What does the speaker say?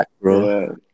bro